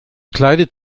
kleidet